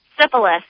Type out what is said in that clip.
syphilis